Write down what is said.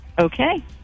Okay